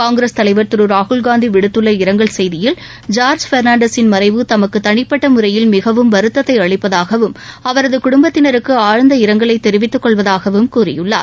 காங்கிரஸ் தலைவர் திருராகுல்காந்திவிடுத்துள்ள இரங்கல் செய்தியில் ஐர்ஜ் பொள்ளாண்டஸின் மறைவு தமக்குதனிப்பட்டமுறையில் மிகவும் வருத்தத்தைஅளிப்பதாகவும் அவரதுகுடும்பத்தினருக்குஆழ்ந்த இரங்கலைதிவித்துக் கொள்வதாகவும் கூறியுள்ளார்